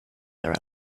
their